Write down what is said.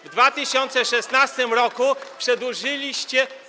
W 2016 r. przedłużyliście.